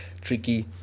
tricky